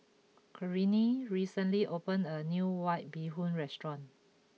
Corene recently opened a new White Bee Hoon restaurant